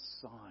sign